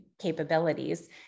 capabilities